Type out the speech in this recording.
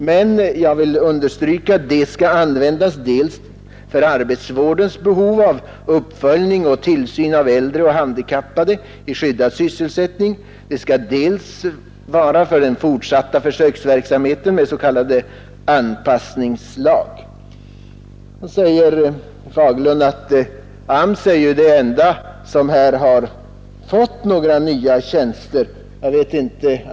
Men jag vill understryka att de skall användas dels för arbetsvårdens behov av uppföljning och tillsyn av äldre och handikappade i skyddad sysselsättning, dels för den fortsatta försöksverksamheten med s.k. anpassningslag. Vidare menar herr Fagerlund att AMS är den enda myndighet som har fått några nya tjänster.